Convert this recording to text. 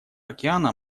океана